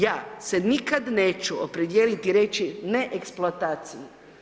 Ja se nikad neću opredijeliti i reći ne eksploataciji.